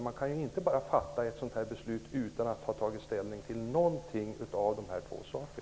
Man kan ju inte bara fatta ett sådant beslut utan att ha tagit ställning till någon av dessa två saker.